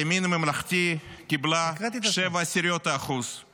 האם אתם נמצאים עם האופוזיציה כולה,